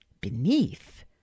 Beneath